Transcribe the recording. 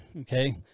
okay